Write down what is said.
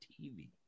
TV